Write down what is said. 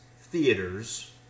theaters